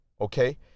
okay